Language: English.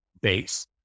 base